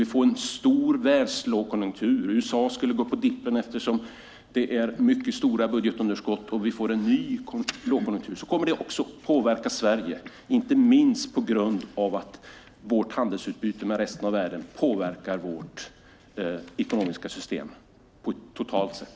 Om vi skulle få en stor världslågkonjunktur, om USA skulle gå på dippen eftersom man har mycket stora budgetunderskott och om vi får en ny lågkonjunktur kommer det att påverka även Sverige, inte minst på grund av att vårt handelsutbyte med resten av världen påverkar vårt ekonomiska system totalt sett.